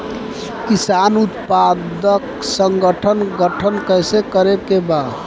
किसान उत्पादक संगठन गठन कैसे करके बा?